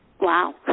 Wow